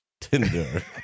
tinder